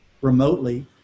remotely